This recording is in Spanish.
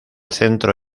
centro